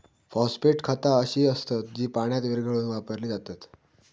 phosphate खता अशी असत जी पाण्यात विरघळवून वापरली जातत